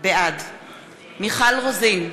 בעד מיכל רוזין,